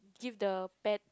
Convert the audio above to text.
give the pet